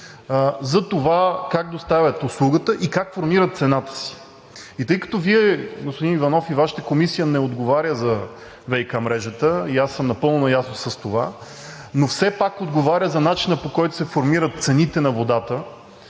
за това как доставят услугата и как формират цената си. Тъй като Вие, господин Иванов, и Вашата Комисия не отговаря за ВиК мрежата – аз съм напълно наясно с това, но все пак отговаря за начина, по който се формират цените на водата,